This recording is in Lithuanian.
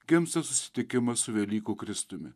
gimsta susitikimas su velykų kristumi